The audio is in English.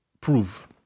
prove